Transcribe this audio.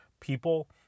people